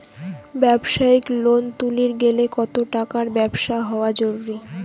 ব্যবসায়িক লোন তুলির গেলে কতো টাকার ব্যবসা হওয়া জরুরি?